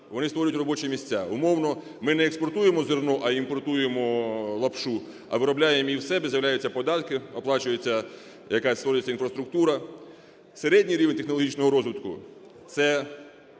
вони створюють робочі місця. Умовно ми не експортуємо зерно, а імпортуємо лапшу, а виробляємо її в себе, з'являються податки, оплачується якась, створюється інфраструктура. Середній рівень технологічного розвитку – це